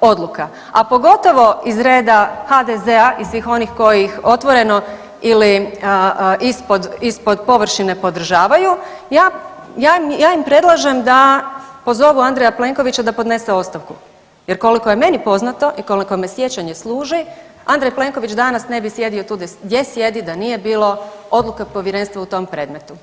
odluka, a pogotovo iz rada HDZ-a i svih onih koji ih otvoreno ili ispod površine podržavaju, ja im predlažem da pozovu Andreja Plenkovića da podnese ostavu jer koliko je meni poznato i koliko me sjećanje služi Andrej Plenković danas ne bi sjedio tu gdje sjedi da nije bilo odluka povjerenstva u tom predmetu.